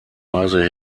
weise